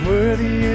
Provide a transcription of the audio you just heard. Worthy